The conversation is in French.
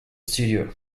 studio